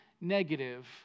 negative